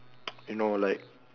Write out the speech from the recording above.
you know like